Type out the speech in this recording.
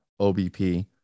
OBP